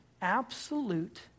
absolute